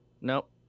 Nope